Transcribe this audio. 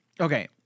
Okay